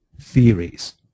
theories